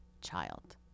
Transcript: child